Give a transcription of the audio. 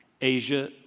Asia